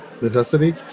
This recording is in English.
necessity